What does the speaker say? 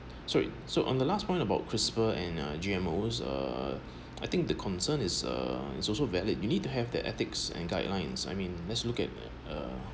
sorry so on the last point about crisper and uh G_M_O uh I think the concern is uh it's also valid you need to have that ethics and guidelines I mean let's look at uh